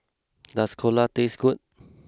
does Dhokla taste good